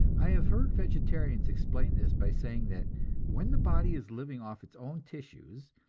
i have heard vegetarians explain this by saying that when the body is living off its own tissues,